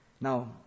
Now